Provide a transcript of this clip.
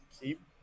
keep